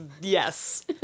Yes